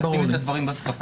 לשים את הדברים בפתיחה.